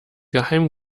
geheim